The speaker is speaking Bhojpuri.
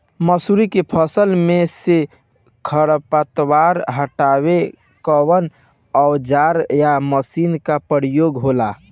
मसुरी के फसल मे से खरपतवार हटावेला कवन औजार या मशीन का प्रयोंग होला?